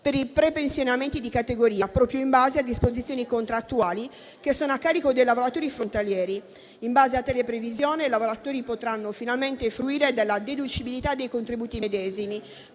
per i prepensionamenti di categoria, proprio in base a disposizioni contrattuali, che sono a carico dei lavoratori frontalieri. In base a tale previsione, i lavoratori potranno finalmente fruire della deducibilità dei contributi medesimi.